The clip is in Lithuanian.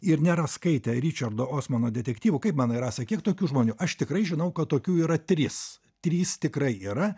ir nėra skaitę ričardo osmano detektyvų kaip manai rasa kiek tokių žmonių aš tikrai žinau kad tokių yra trys trys tikrai yra